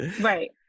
Right